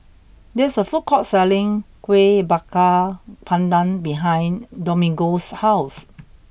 there is a food court selling Kueh Bakar Pandan behind Domingo's house